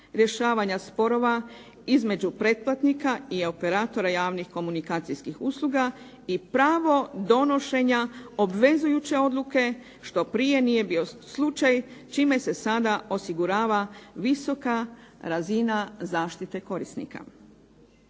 rješavanja sporova između pretplatnika i operatora javnih komunikacijskih usluga i pravo donošenja obvezujuće odluke, što prije nije bio slučaj, čime se sada osigurava visoka razina zaštite korisnika.